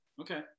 Okay